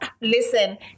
Listen